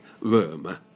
room